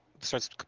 starts